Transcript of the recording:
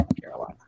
Carolina